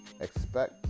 Expect